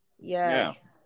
Yes